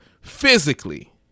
physically